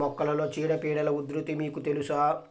మొక్కలలో చీడపీడల ఉధృతి మీకు తెలుసా?